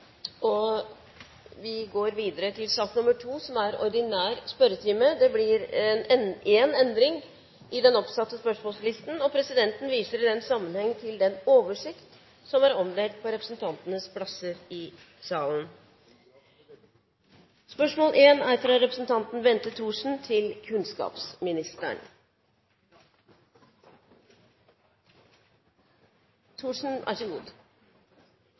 og vi går videre til den ordinære spørretimen. Det blir én endring i den oppsatte spørsmålsmålslisten, og presidenten viser i den sammenheng til den oversikten som er omdelt på representantenes plasser i salen. Den foreslåtte endringen foreslås godkjent. – Det anses vedtatt. Endringen var som følger: Spørsmål 7, fra representanten Borghild Tenden til